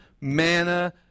manna